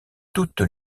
toutes